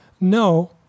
No